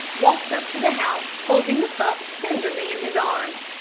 walked up to the house, holding the pup tenderly in his arms.